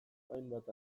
hainbat